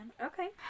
Okay